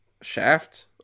Shaft